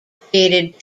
created